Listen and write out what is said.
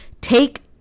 take